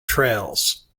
trails